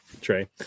Trey